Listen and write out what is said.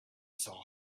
saw